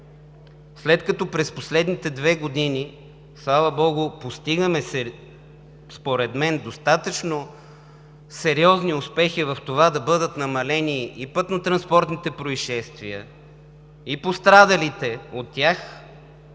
След като през последните две години, слава богу, постигаме, според мен, достатъчно сериозни успехи в това да бъдат намалени и пътнотранспортните произшествия, и пострадалите от тях,